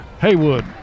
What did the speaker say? Haywood